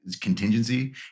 contingency